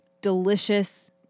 delicious